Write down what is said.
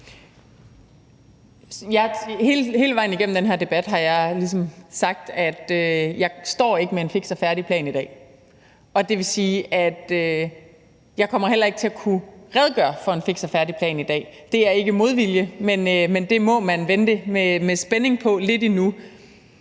Hele vejen igennem den her debat har jeg ligesom sagt, at jeg ikke står med en fiks og færdig plan. Og det vil sige, at jeg heller ikke kommer til at kunne redegøre for en fiks og færdig plan i dag. Det er ikke modvilje, men det må man vente med spænding på lidt endnu.